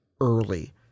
early